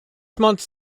months